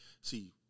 see